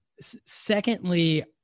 Secondly